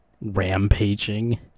Rampaging